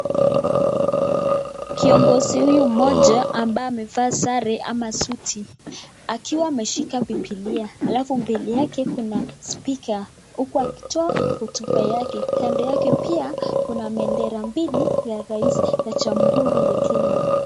Kiongozi huyu mmoja ambaye amevaa sare ama suti akiwa ameshika bibilia alafu mbele yake kuna spika huku akitoa hotuba yake kando yake pia kuna bendera mbili ya rais ya jamhuri ya Kenya.